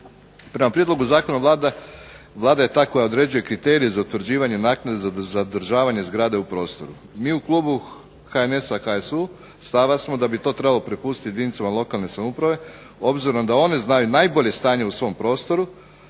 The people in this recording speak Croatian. Prema prijedlogu zakona, Vlada je ta koja određuje kriterije za utvrđivanje naknade za održavanje zgrada u prostoru. Mi u klubu HNS-a, HSU stava smo da bi to trebalo prepustiti jedinicama lokalne samouprave, obzirom da one znaju najbolje stanje u svom prostoru,